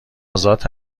آزاد